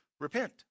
Repent